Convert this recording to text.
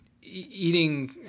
Eating